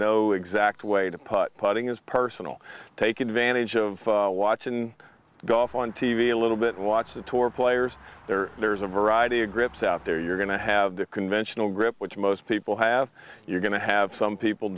no exact way to putt putting his personal take advantage of watching golf on t v a little bit watch the tour players there there's a variety of grips out there you're going to have the conventional grip which most people have you're going to have some people